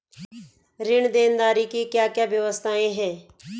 ऋण देनदारी की क्या क्या व्यवस्थाएँ हैं?